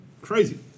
crazy